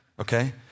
Okay